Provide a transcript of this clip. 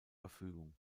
verfügung